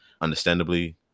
understandably